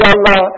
Allah